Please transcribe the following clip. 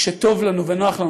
כשטוב לנו ונוח לנו,